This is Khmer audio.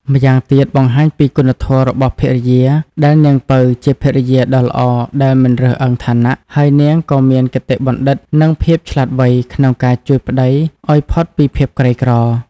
ម្យ៉ាងទៀតបង្ហាញណីគុណធម៌របស់ភរិយាដែលនាងពៅជាភរិយាដ៏ល្អដែលមិនរើសអើងឋានៈ ហើយនាងក៏មានគតិបណ្ឌិតនិងភាពឆ្លាតវៃក្នុងការជួយប្ដីឲ្យផុតពីភាពក្រីក្រ។